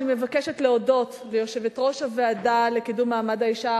אני מבקשת להודות ליושבת-ראש הוועדה לקידום מעמד האשה,